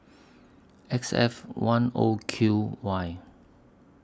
X F one O Q Y